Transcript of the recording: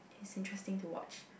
its interesting to watch